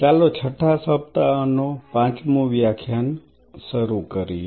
ચાલો છઠ્ઠા સપ્તાહનો પાંચમું વ્યાખ્યાન શરૂ કરીએ